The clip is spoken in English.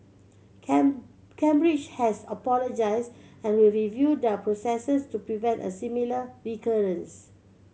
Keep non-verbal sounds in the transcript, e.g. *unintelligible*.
*unintelligible* Cambridge has apologised and will review their processes to prevent a similar recurrence